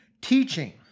Teaching